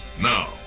Now